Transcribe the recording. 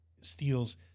steals